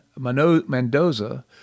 Mendoza